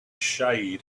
shade